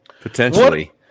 Potentially